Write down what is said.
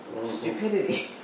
stupidity